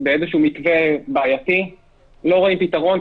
באיזה מתווה בעייתי ולא רואים פתרון.